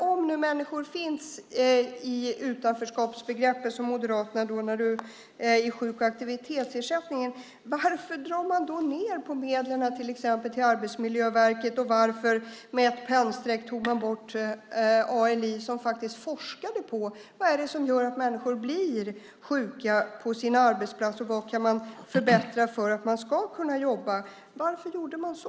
Om nu människor finns i Moderaternas utanförskapsbegrepp - i sjuk och aktivitetsersättning - varför drar man ned på medel till Arbetsmiljöverket? Varför tog man med ett pennstreck bort ALI, där det faktiskt skedde forskning om vad det är som gör att människor blir sjuka på sina arbetsplatser och vad som kan förbättras? Varför gjorde man så?